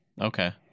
Okay